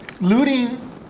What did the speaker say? looting